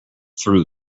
through